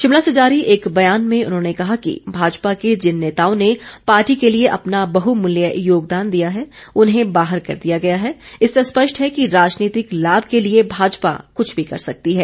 शिमला से जारी एक बयान में उन्होंने कहा कि भाजपा के जिन नेताओं ने पार्टी के लिए अपना बहुमूल्य योगदान दिया है उन्हें बाहर कर दिया गया है इससे स्पष्ट है कि राजनीतिक लाभ के लिए भाजपा कुछ भी कर सकती है